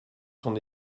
son